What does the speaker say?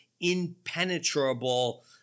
impenetrable